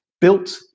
built